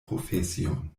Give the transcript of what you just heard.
profesion